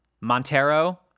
Montero